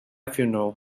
funeral